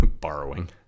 Borrowing